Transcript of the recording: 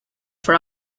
for